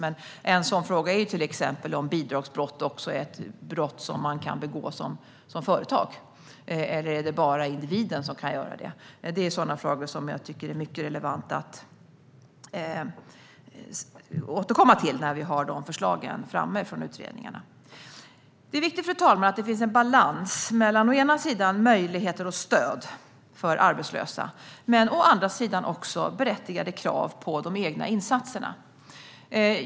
En sådan fråga är om bidragsbrott kan begås också av företag. Eller är det bara individen som kan göra det? Det är sådana frågor som det är mycket relevant att återkomma till när vi har fått förslagen från utredningarna. Fru talman! Det är viktigt att det finns en balans mellan å ena sidan möjligheter och stöd för arbetslösa och å andra sidan berättigade krav på de egna insatserna.